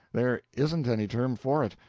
there isn't any term for it.